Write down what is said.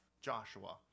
Joshua